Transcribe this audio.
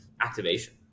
activation